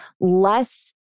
less